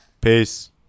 Peace